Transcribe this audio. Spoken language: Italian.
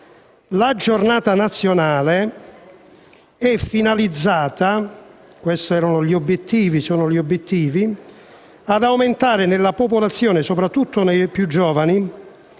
La Giornata nazionale è finalizzata - questi sono gli obiettivi - ad aumentare nella popolazione, soprattutto nei più giovani,